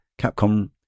Capcom